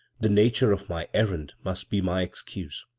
the nature of my errand must be my stcuse.